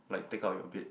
like take out your bed